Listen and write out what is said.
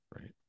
right